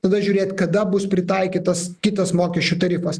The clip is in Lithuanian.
tada žiūrėt kada bus pritaikytas kitas mokesčių tarifas